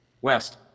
west